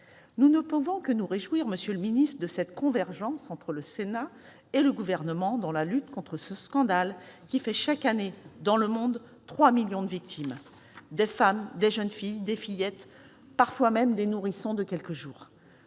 Nous ne pouvons que nous réjouir, monsieur le secrétaire d'État, de cette convergence entre le Sénat et le Gouvernement dans la lutte contre ce scandale qui fait chaque année, dans le monde, trois millions de victimes : des femmes, des jeunes filles et des fillettes, parfois même des nourrissons de quelques jours.